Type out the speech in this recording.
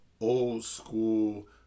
old-school